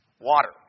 water